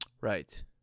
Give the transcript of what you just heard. Right